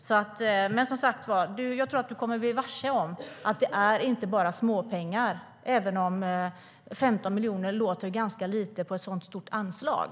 Jag tror som sagt var att Per Bill kommer att bli varse att det inte bara är småpengar, även om 15 miljoner låter ganska lite på ett så stort anslag.